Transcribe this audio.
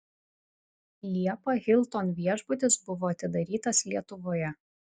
liepą hilton viešbutis buvo atidarytas lietuvoje